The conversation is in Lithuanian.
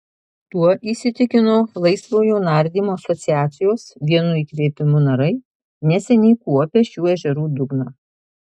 tuo įsitikino laisvojo nardymo asociacijos vienu įkvėpimu narai neseniai kuopę šių ežerų dugną